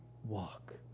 walk